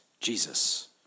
Jesus